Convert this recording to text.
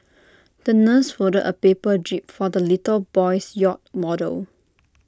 the nurse folded A paper jib for the little boy's yacht model